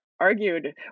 argued